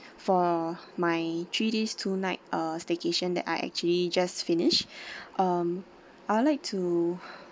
for my three days two night uh staycation that I actually just finished um I would like to